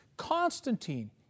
Constantine